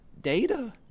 data